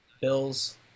Bills